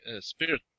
spirit